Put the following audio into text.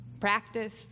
practice